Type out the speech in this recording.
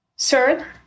Third